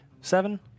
seven